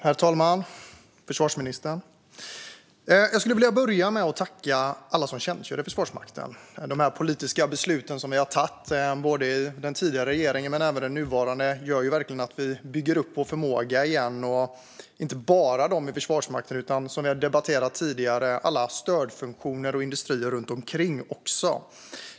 Herr talman! Jag skulle vilja börja med att tacka alla som tjänstgör i Försvarsmakten. De politiska beslut som vi har fattat både i den tidigare regeringen och i den nuvarande gör verkligen att vi bygger upp vår förmåga igen. Det gäller inte bara Försvarsmakten, utan det gäller även sådant vi har debatterat tidigare, till exempel stödfunktioner och industrier.